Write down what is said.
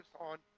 on